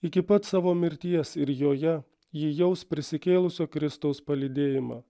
iki pat savo mirties ir joje ji jaus prisikėlusio kristaus palydėjimą